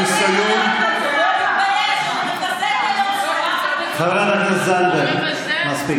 חברת הכנסת זנדברג, מספיק.